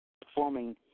performing